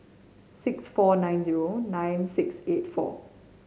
six four nine zero nine six eight four